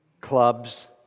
Clubs